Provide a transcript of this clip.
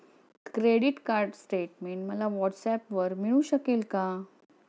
Credit card statement मला व्हॉट्सऍपवर मिळू शकेल का?